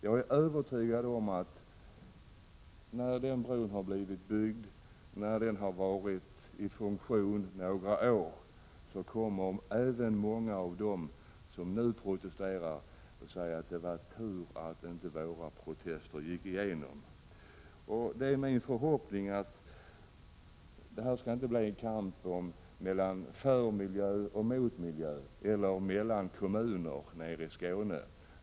Jag är övertygad om att när den bron har blivit byggd och varit i funktion några år, då kommer även många av dem som nu protesterar att säga: det var tur att våra protester inte vann gehör. Det är min förhoppning att det inte skall bli någon kamp för eller mot miljön eller mellan olika kommuner nere i Skåne.